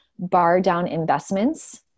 bardowninvestments